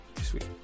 sweet